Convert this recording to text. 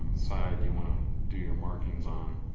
side you want to do your markings on.